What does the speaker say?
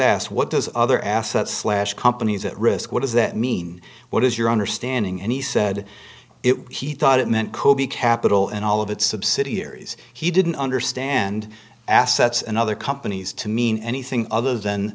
asked what those other assets slash companies at risk what does that mean what is your understanding and he said it he thought it meant could be capital and all of its subsidiaries he didn't understand assets and other companies to mean anything other than